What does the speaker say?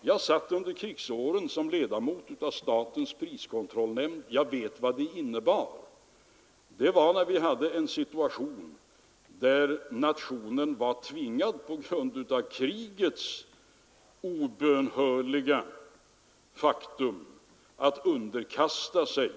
Jag satt under krigsåren som ledamot av statens priskontrollnämnd, så jag vet vad priskontroll innebär. Då var nationen, på grund av det obönhörliga faktum att det var krig, tvingad att underkasta sig